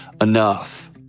Enough